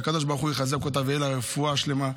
שהקדוש ברוך הוא יחזק אותה, ושתהיה לה רפואה שלמה.